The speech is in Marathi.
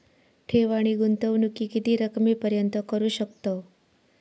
ठेव आणि गुंतवणूकी किती रकमेपर्यंत करू शकतव?